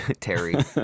Terry